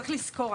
צריך לזכור,